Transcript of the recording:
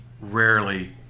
rarely